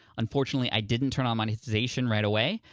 unfortunately, i didn't turn on monetization right away,